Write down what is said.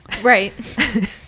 right